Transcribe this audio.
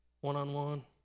One-on-one